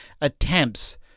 attempts